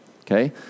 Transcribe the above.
okay